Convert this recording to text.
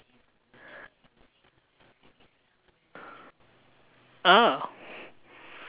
ah